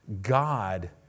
God